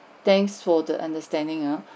thanks for the understanding uh